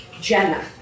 Jenna